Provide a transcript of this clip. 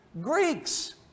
Greeks